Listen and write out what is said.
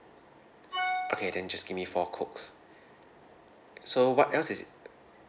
okay then just give me four cokes so what else is it